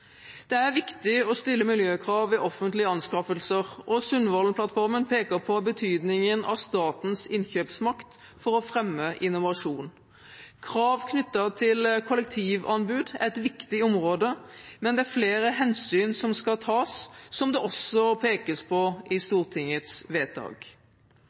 Det er viktig å stille miljøkrav ved offentlige anskaffelser, og Sundvolden-plattformen peker på betydningen av statens innkjøpsmakt for å fremme innovasjon. Krav knyttet til kollektivanbud er et viktig område, men det er flere hensyn som skal tas, som det også pekes på i Stortingets vedtak.